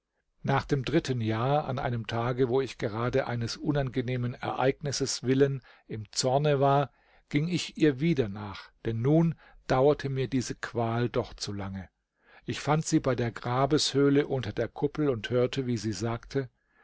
nach dem dritten jahr an einem tage wo ich gerade eines unangenehmen ereignisses willen im zorne war ging ich ihr wieder nach denn nun dauerte mir diese qual doch zu lange ich fand sie bei der grabeshöhle unter der kuppel und hörte wie sie sagte